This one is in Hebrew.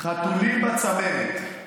חתולים בצמרת,